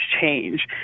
change